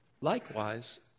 likewise